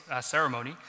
ceremony